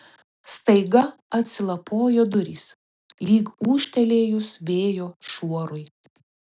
staiga atsilapojo durys lyg ūžtelėjus vėjo šuorui